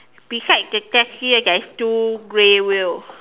beside the taxi there is two grey wheel